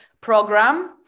program